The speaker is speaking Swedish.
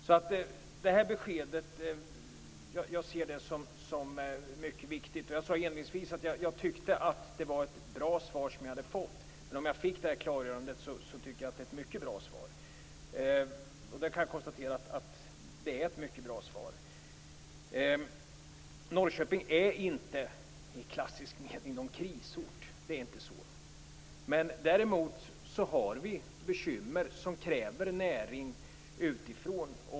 Jag ser detta besked som mycket viktigt. Jag tyckte att jag fick ett bra svar. Om jag kan få ett klargörande, så blir det ett mycket bra svar. Jag kan konstatera att det är ett mycket bra svar. Norrköping är inte i klassisk mening en krisort. Däremot finns det bekymmer som kräver näring utifrån.